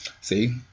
See